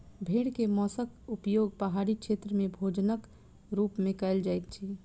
भेड़ के मौंसक उपयोग पहाड़ी क्षेत्र में भोजनक रूप में कयल जाइत अछि